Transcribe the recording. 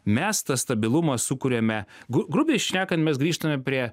mes tą stabilumą sukuriame gru grubiai šnekant mes grįžtame prie